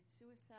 suicide